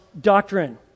doctrine